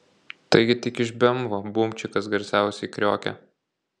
taigi tik iš bemvo bumčikas garsiausiai kriokia